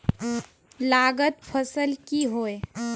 लागत फसल की होय?